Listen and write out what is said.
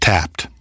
Tapped